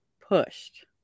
pushed